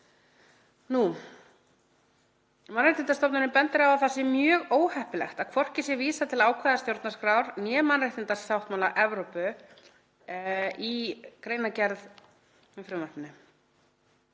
Mannréttindastofnunin bendir á að það sé mjög óheppilegt að hvorki sé vísað til ákvæða stjórnarskrár né mannréttindasáttmála Evrópu í greinargerð með frumvarpinu.